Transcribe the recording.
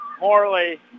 Morley